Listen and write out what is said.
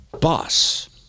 bus